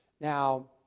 Now